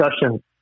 discussion